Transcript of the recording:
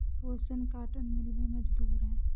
रोशन cotton mill में मजदूर है